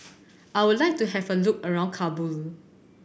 I would like to have a look around Kabul